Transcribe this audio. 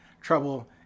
trouble